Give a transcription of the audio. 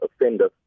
offender